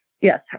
Yes